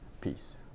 Peace